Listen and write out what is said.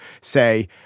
say –